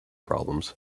problems